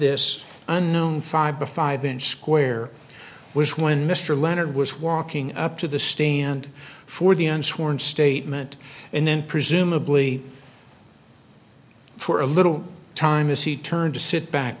this unknown five to five inch square was when mr leonard was walking up to the stand for the unsworn statement and then presumably for a little time as he turned to sit back